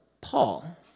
Paul